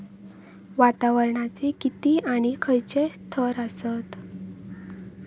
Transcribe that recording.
वातावरणाचे किती आणि खैयचे थर आसत?